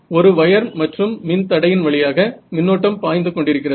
ஒரு வயர் மற்றும் ஒரு மின் தடையின் வழியாக மின்னோட்டம் பாய்ந்து கொண்டிருக்கிறது